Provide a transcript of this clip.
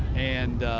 and,